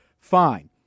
fine